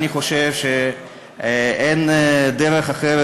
אני חושב שאין דרך אחרת.